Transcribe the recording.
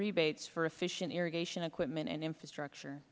rebates for efficient irrigation equipment and infrastructure